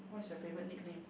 what is your favourite nickname